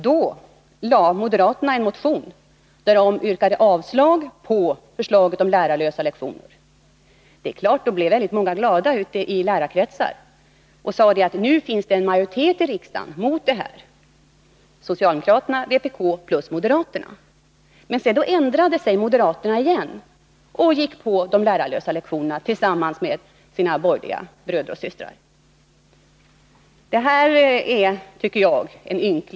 Då väckte moderaterna en motion, i vilken de yrkade avslag på förslaget om lärarlösa lektioner. Det är klart att många i lärarkretsar då blev glada och sade: Nu finns det i riksdagen en majoritet mot lärarlösa lektioner bestående av socialdemokraterna och vpk-arna plus moderaterna. Men då ändrade sig moderaterna igen och gick tillsammans med sina borgerliga bröder och systrar med på förslaget om lärarlösa lektioner.